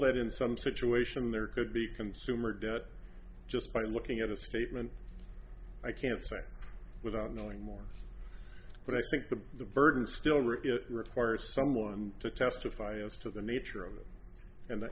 that in some situation there could be consumer debt just by looking at a statement i can't say without knowing more but i think the the burden still rubio require someone to testify as to the nature of it and that